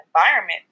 environment